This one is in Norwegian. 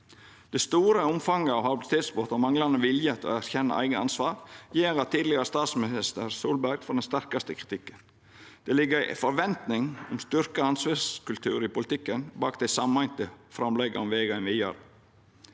Det store omfanget av habilitetsbrot og manglande vilje til å erkjenna eige ansvar gjer at tidlegare statsminister Solberg får den sterkaste kritikken. Det ligg ei forventning om å styrkja ansvarskulturen i politikken bak dei sameinte framlegga om vegen